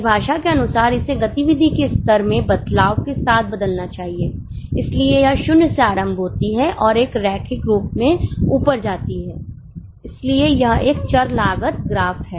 परिभाषा के अनुसार इसे गतिविधि के स्तर में बदलाव के साथ बदलना चाहिए इसलिए यह 0 से आरंभ होती है और एक रैखिक रूप में ऊपर जाती है इसलिए यह एक चर लागत ग्राफ है